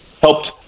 helped